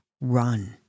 run